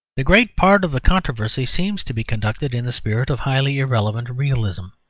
the great part of the controversy seems to be conducted in the spirit of highly irrelevant realism.